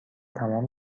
تمام